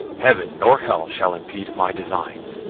heaven nor hell shall impede my designs,